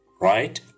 right